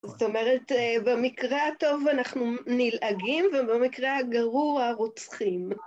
זאת אומרת, במקרה הטוב אנחנו נלעגים, ובמקרה הגרוע רוצחים.